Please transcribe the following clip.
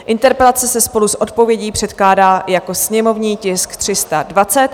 Interpelace se spolu s odpovědí předkládá jako sněmovní tisk 320.